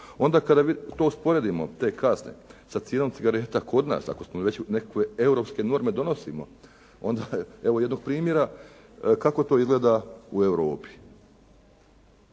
onda kada usporedimo te kazne sa cijenom cigareta kod nas, ako smo već nekakve norme donosimo onda evo jednog primjera kako to izgleda u Europi.